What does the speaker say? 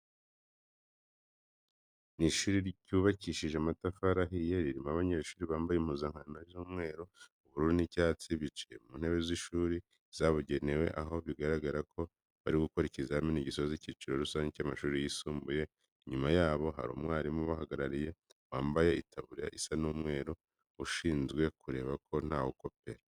Ni ishuri ryubakishije amatafari ahiye, ririmo abanyeshuri bambaye impuzankano isa umweru, ubururu n'icyatsi. Bicaye mu ntebe z'ishuri zabugenewe aho bigaragara ko bari gukora ikizamini gizoza icyiciro rusange cy'amashuri yisumbuye. Inyuma yabo hari umwarimu ubahagarariye wambaye itaburiya isa umweru ushinzwe kureba ko ntawe ukopera.